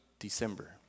December